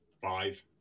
five